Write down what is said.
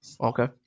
Okay